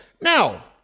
Now